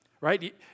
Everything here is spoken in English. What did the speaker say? right